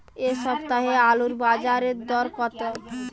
এ সপ্তাহে আলুর বাজারে দর কত?